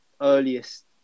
earliest